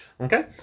Okay